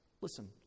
Listen